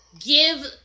give